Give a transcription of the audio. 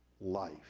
life